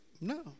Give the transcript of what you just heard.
No